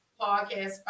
Podcast